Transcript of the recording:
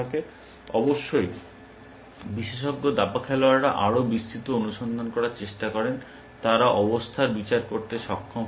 অবশ্যই বিশেষজ্ঞ দাবা খেলোয়াড়রা আরও বিস্তৃত অনুসন্ধান করার চেষ্টা করে তারা অবস্থান বিচার করতে সক্ষম হয়